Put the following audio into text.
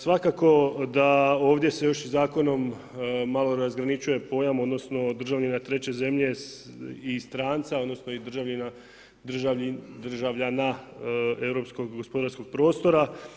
Svakako da ovdje se još i zakonom malo razgraničuje pojam odnosno državljana treće zemlje i stranca, odnosno državljana Europskog gospodarskog prostora.